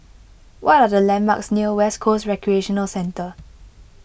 what are the landmarks near West Coast Recreational Centre